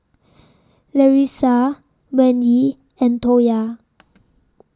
Larissa Wendi and Toya